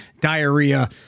diarrhea